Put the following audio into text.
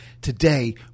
Today